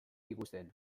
ikusten